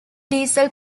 diesel